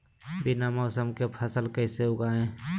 बिना मौसम के फसल कैसे उगाएं?